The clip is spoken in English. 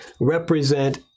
represent